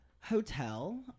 hotel